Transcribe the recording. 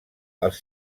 els